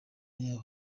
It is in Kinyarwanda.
yabo